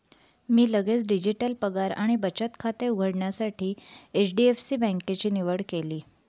मी लगेच डिजिटल पगार आणि बचत खाते उघडण्यासाठी एच.डी.एफ.सी बँकेची निवड केली